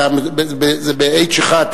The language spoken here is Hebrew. זה ב-1H,